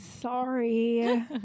Sorry